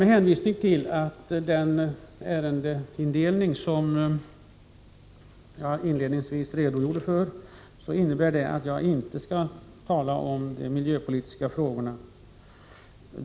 Med hänvisning till den ärendeindelning som jag inledningsvis redogjorde för skall jag inte tala om de miljöpolitiska frågorna.